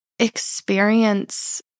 experience